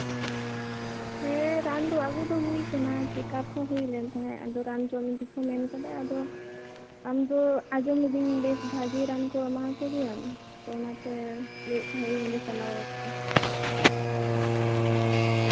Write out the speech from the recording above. ᱦᱮᱸ ᱨᱟᱱ ᱫᱚ ᱟᱹᱜᱩ ᱫᱚ ᱦᱩᱭ ᱠᱟᱱᱟ ᱪᱮᱠᱟᱯ ᱦᱚᱸ ᱦᱩᱭ ᱞᱮᱱ ᱛᱟᱦᱮᱸᱜ ᱟᱫᱚ ᱨᱟᱱ ᱡᱚᱢ ᱜᱮᱠᱚ ᱢᱮᱱ ᱠᱟᱫᱟ ᱟᱫᱚ ᱟᱢᱫᱚ ᱟᱸᱡᱚᱢ ᱤᱫᱟᱹᱧ ᱵᱷᱟᱹᱜᱤ ᱨᱟᱱ ᱠᱚ ᱮᱢᱟ ᱠᱚ ᱜᱮᱭᱟᱢ ᱚᱱᱟᱛᱮ ᱞᱟᱹᱭᱮᱫ ᱛᱟᱦᱮᱱᱤᱧ ᱚᱸᱰᱮ ᱪᱟᱞᱟᱣ ᱟᱨᱠᱤ